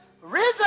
risen